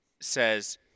says